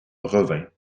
revin